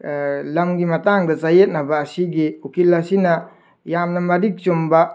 ꯂꯝꯒꯤ ꯃꯇꯥꯡꯗ ꯆꯌꯦꯠꯅꯕ ꯑꯁꯤꯒꯤ ꯎꯀꯤꯜ ꯑꯁꯤꯅ ꯌꯥꯝꯅ ꯃꯔꯤꯛ ꯆꯨꯝꯕ